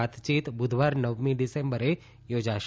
વાતયીત બુધવાર નવમી ડિસેમ્બરે યોજાશે